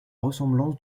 ressemblance